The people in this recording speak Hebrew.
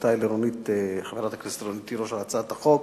ברכותי לחברת הכנסת רונית תירוש על הצעת החוק.